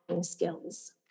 skills